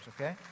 okay